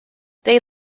they